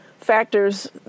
factors